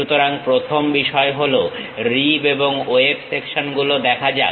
সুতরাং প্রথম বিষয় হলো রিব এবং ওয়েব সেকশনগুলোতে দেখা যাক